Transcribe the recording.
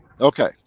okay